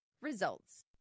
RESULTS